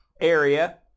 area